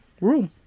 room